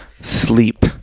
sleep